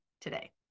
today